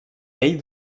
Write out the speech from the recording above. pell